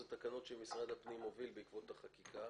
אלה תקנות שמשרד הפנים מוביל בעקבות החקיקה.